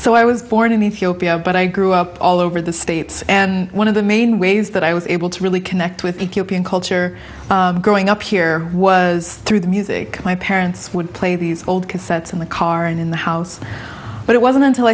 so i was born in ethiopia but i grew up all over the states and one of the main ways that i was able to really connect with the culture growing up here was through the music my parents would play these old cassettes in the car and in the house but it wasn't until